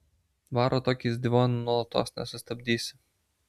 varo tokį izdivoną nuolatos nesustabdysi